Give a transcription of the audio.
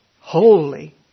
Holy